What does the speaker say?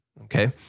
Okay